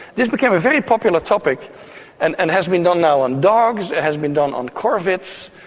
this became a very popular topic and and has been done now on dogs, has been done on corvids,